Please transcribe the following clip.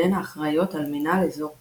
והן האחראיות על מנהל אזור בחירתן.